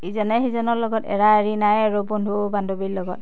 ইজনে সিজনৰ লগত এৰা এৰি নাই আৰু বন্ধু বান্ধৱীৰ লগত